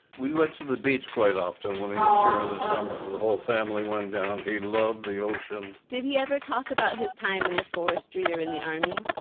we went to the beach quite often when he was here in the summer. the whole family went down, he loved the ocean. did he ever talk about his time in the forestry or in the army?